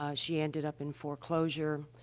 ah she ended up in foreclosure.